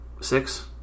Six